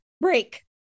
break